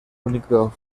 único